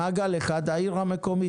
מעגל אחד העיר המקומית,